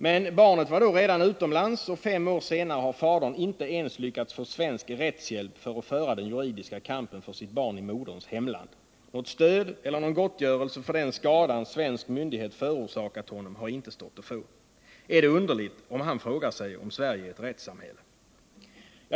Men barnet var då redan utomlands, och fem år senare har fadern inte lyckats få svensk rättshjälp för att föra den juridiska kampen för sitt barn i moderns hemland. Något stöd eller någon gottgörelse för den skada en svensk myndighet förorsakat honom har inte stått att få. Är det underligt om han frågar sig om Sverige är ett rättssamhälle?